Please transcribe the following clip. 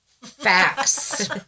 facts